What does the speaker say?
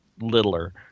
littler